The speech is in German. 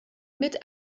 mit